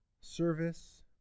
service